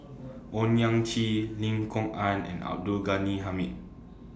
Owyang Chi Lim Kok Ann and Abdul Ghani Hamid